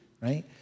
right